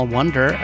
Wonder